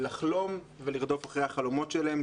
לחלום ולרדוף אחר החלומות שלהן.